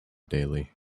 daily